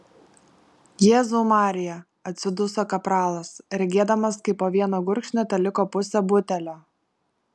jėzau marija atsiduso kapralas regėdamas kaip po vieno gurkšnio teliko pusė butelio